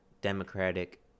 Democratic